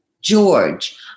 George